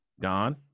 Don